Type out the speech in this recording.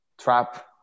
trap